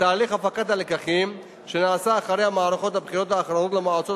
בתהליך הפקת הלקחים שנעשה אחרי מערכות הבחירות האחרונות למועצות